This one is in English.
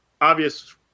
obvious